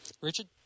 Richard